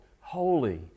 holy